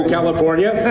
California